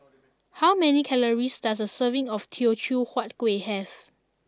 how many calories does a serving of Teochew Huat Kueh have